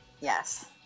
Yes